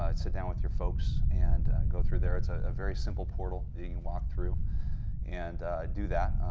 ah sit down with your folks and go through there, it's a very simple portal that you can walk through and do that.